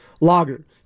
lager